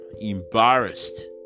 embarrassed